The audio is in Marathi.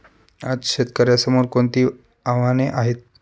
आज शेतकऱ्यांसमोर कोणती आव्हाने आहेत?